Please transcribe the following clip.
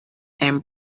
and